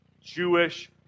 Jewish